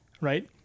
right